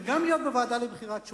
וגם להיות בוועדה לבחירת שופטים.